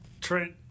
Trent